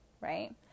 right